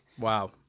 Wow